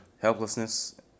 helplessness